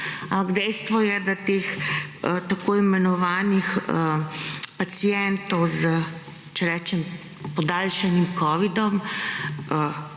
Dejstvo je, da teh tako imenovanih pacientov z, če rečem, podaljšanim Covidom,